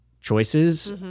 choices